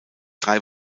drei